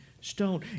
stone